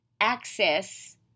access